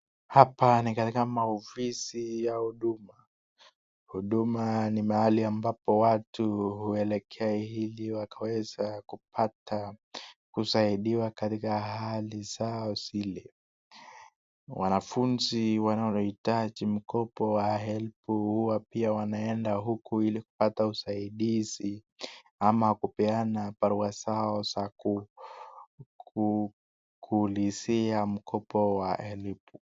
Hapa ni katika maofisi ya huduma. Huduma ni mahali ambapo watu huelekea ili wakaweza kupata kusaidiwa katika hali zao zile. Wanafunzi wanaohitaji mkopo wa helb huwa pia wanaenda huku ili kupata usaidizi ama kupeana barua zao za kuulizia mkopo wa helibu .